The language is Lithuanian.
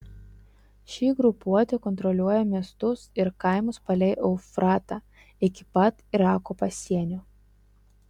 ši grupuotė kontroliuoja miestus ir kaimus palei eufratą iki pat irako pasienio